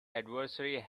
adversary